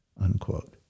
unquote